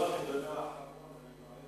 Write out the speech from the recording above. מעבר